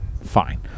fine